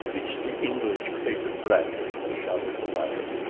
it's the english pig, bradley, shouted the latter,